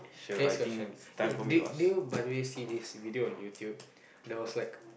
next question eh did did you by the way see this video on YouTube there was like